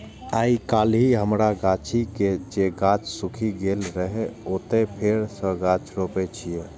आइकाल्हि हमरा गाछी के जे गाछ सूखि गेल रहै, ओतय फेर सं गाछ रोपै छियै